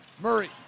Murray